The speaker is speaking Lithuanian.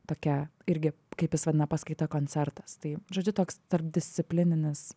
tokia irgi kaip jis vadina paskaita koncertas tai žodžiu toks tarpdisciplininis